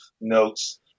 notes